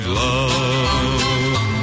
love